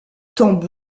tant